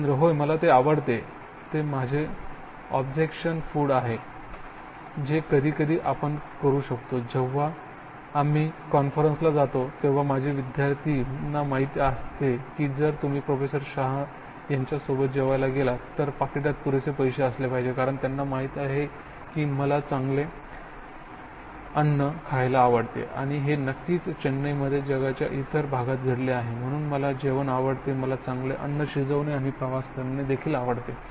सुरेंद्र होय मला ते आवडते ते माझे ऑब्सेशन फूड आहे जे कधी कधी आपण करू शकतो जेव्हा आम्ही कॉन्फरन्सला जातो तेव्हा माझ्या माजी विद्यार्थ्यांना माहित असते की जर तुम्ही प्रोफेसर शाह यांच्यासोबत जेवायला गेलात तर पाकिटात पुरेसे पैसे असले पाहिजे कारण त्यांना माहीत आहे की मला चांगले अन्न खायला आवडते आणि हे नक्कीच चेन्नईमध्ये जगाच्या इतर भागात घडले आहे म्हणून मला जेवण आवडते मला चांगले अन्न शिजवणे आणि प्रवास करणे देखील आवडते